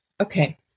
Okay